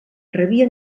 rebia